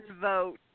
vote